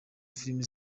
filimi